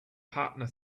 partner